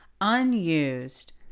unused